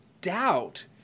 doubt